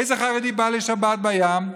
איזה חרדי בא בשבת לים,